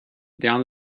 down